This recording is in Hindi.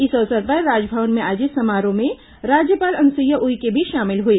इस अवसर पर राजभवन में आयोजित समारोह में राज्यपाल अनुसुईया उइके भी शामिल हुई